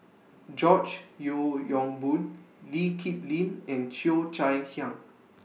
George Yeo Yong Boon Lee Kip Lin and Cheo Chai Hiang